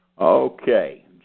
Okay